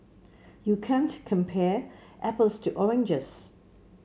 you can't compare apples to oranges